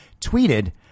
tweeted